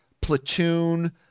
Platoon